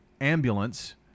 Ambulance